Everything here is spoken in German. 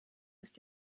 ist